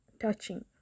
touching